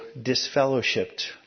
disfellowshipped